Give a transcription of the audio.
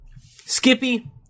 Skippy